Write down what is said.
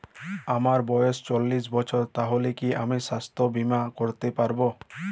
আমার বয়স চল্লিশ বছর তাহলে কি আমি সাস্থ্য বীমা করতে পারবো?